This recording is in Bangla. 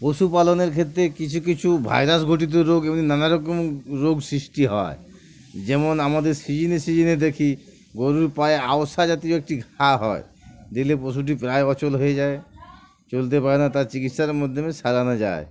পশুপালনের ক্ষেত্রে কিছু কিছু ভাইরাস গটিত রোগ এমনি নানাারকম রোগ সৃষ্টি হয় যেমন আমাদের সিজনে সিজনে দেখি গরুর পায়ে আওসা জাতীয় একটি ঘা হয় দিলে পশুটি প্রায় অচল হয়ে যায় চলতে পারে না তার চিকিৎসার মাধ্যমে সাজানো যায়